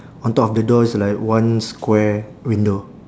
on top of the door is like one square window